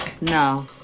No